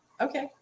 okay